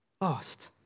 lost